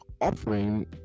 offering